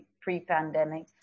pre-pandemic